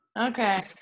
okay